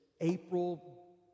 April